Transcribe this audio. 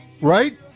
right